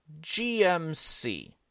GMC